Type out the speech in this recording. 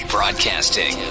Broadcasting